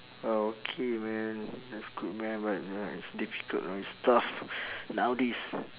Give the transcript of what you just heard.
okay man that's good man but ya it's difficult know it's tough nowadays